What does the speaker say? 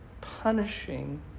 punishing